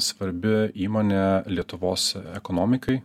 svarbi įmonė lietuvos ekonomikai